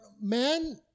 man